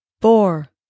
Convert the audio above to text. four